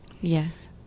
Yes